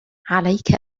عليك